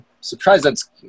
Surprised